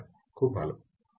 খুব ভালো ঠিক আছে